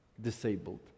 disabled